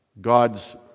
God's